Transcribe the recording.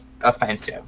offensive